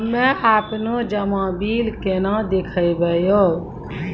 हम्मे आपनौ जमा बिल केना देखबैओ?